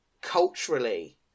culturally